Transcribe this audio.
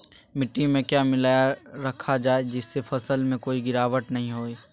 मिट्टी में क्या मिलाया रखा जाए जिससे फसल में कोई गिरावट नहीं होई?